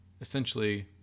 essentially